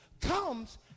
comes